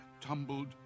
tumbled